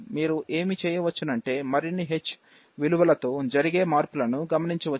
మీరు ఏమిచేయవచ్చునంటే మరిన్ని h విలువలతో జరిగే మార్పులను గమనించవచ్చును